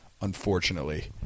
Unfortunately